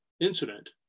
incident